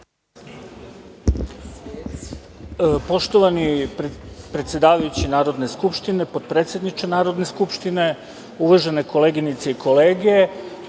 Poštovani predsedavajući Narodne skupštine, potpredsedniče Narodne skupštine, uvažene koleginice i kolege,